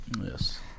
Yes